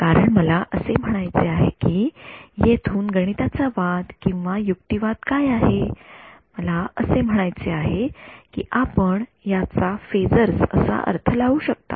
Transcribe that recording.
कारण मला असे म्हणायचे आहे कि येथून गणिताचा वाद किंवा युक्तिवाद काय आहे मला असे म्हणायचे आहे की आपण याचा फेजर्स असा अर्थ लावू शकता